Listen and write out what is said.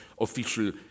official